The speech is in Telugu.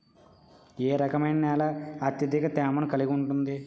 ఏ రకమైన నేల అత్యధిక తేమను కలిగి ఉంటుంది?